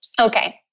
Okay